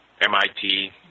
MIT